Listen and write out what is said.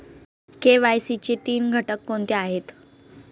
KYC चे तीन घटक कोणते आहेत?